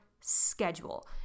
schedule